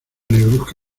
negruzca